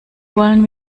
wollen